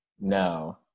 no